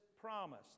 promise